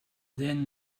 then